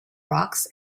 rocks